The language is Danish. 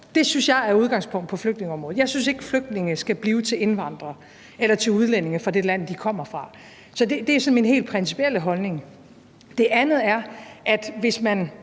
Det synes jeg er udgangspunktet på flygtningeområdet. Jeg synes ikke, flygtninge skal blive til indvandrere eller til udlændinge fra det land, de kommer fra. Det er så min helt principielle holdning. Det andet er, at hvis